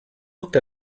looked